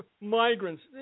migrants